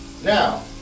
Now